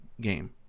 game